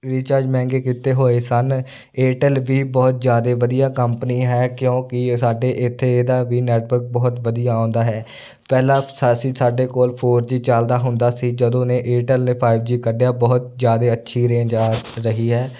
recharge ਮਹਿੰਗੇ ਕੀਤੇ ਹੋਏ ਸਨ ਏਅਰਟੈਲ ਵੀ ਬਹੁਤ ਜ਼ਿਆਦਾ ਵਧੀਆ ਕੰਪਨੀ ਹੈ ਕਿਉਂਕਿ ਸਾਡੇ ਇੱਥੇ ਇਹਦਾ ਵੀ ਨੈਟਵਰਕ ਬਹੁਤ ਵਧੀਆ ਆਉਂਦਾ ਹੈ ਪਹਿਲਾਂ ਅਸੀਂ ਸਾਡੇ ਕੋਲ ਫੋਰ ਜੀ ਚੱਲਦਾ ਹੁੰਦਾ ਸੀ ਜਦੋਂ ਨੇ ਏਅਰਟੈਲ ਫਾਈਵ ਜੀ ਕੱਢਿਆ ਬਹੁਤ ਜ਼ਿਆਦਾ ਅੱਛੀ ਰੇਂਜ ਆ ਰਹੀ ਹੈ